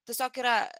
tiesiog yra